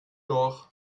doch